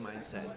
mindset